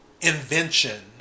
invention